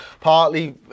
partly